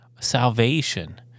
salvation